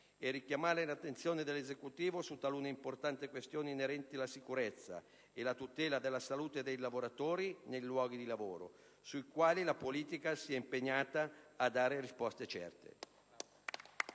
per richiamare l'attenzione dell'Esecutivo su talune importanti questioni inerenti la sicurezza e la tutela della salute dei lavoratori nei luoghi di lavoro, sui quali la politica si è impegnata a dare risposte certe.